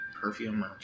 perfume